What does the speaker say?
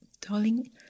Darling